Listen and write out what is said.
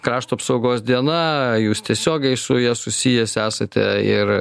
krašto apsaugos diena jūs tiesiogiai su ja susijęs esate ir